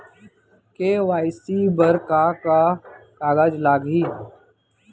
KYC बर का का कागज लागही?